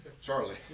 Charlie